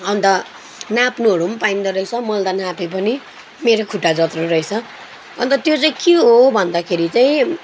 अन्त नाप्नुहरू पनि पाइन्दो रहेछ मैले त नापे पनि मेरो खुट्टा जत्रो रहेछ अन्त त्यो चाहिँ के हो भन्दाखेरि चाहिँ